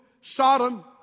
Sodom